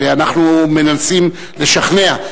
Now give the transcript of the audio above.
ואנחנו מנסים לשכנע.